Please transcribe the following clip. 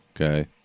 Okay